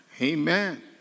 Amen